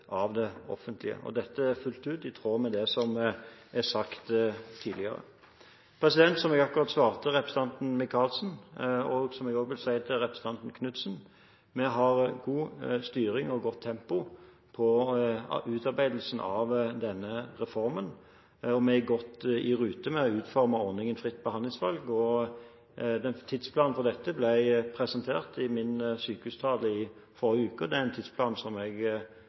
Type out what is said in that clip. av det offentlige. Dette er fullt ut i tråd med det som er sagt tidligere. Som jeg akkurat svarte representanten Micaelsen, og som jeg også vil si til representanten Knutsen: Vi har god styring og godt tempo på utarbeidelsen av denne reformen, og vi er godt i rute med å utforme ordningen med fritt behandlingsvalg. Tidsplanen for dette ble presentert i min sykehustale i forrige uke, og det er en tidsplan som jeg